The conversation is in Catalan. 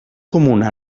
comuna